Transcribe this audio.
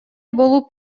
болуп